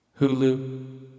Hulu